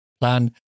plan